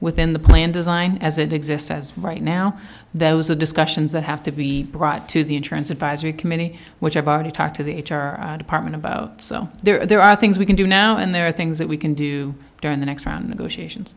within the plan design as it exists as right now those are discussions that have to be brought to the insurance advisory committee which i've already talked to the h r department about so there are there are things we can do now and there are things that we can do during the next round